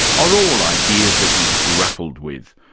are all ideas that he's grappled with.